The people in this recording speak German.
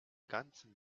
ganzen